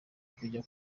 kujya